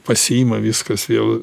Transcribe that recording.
pasiima viskas vėl